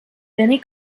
benny